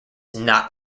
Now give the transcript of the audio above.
not